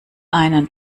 einen